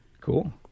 Cool